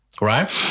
right